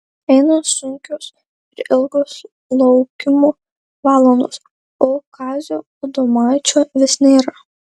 eina sunkios ir ilgos laukimo valandos o kazio adomaičio vis nėra